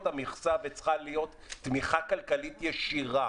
את המכסה וצריכה להיות תמיכה כלכלית ישירה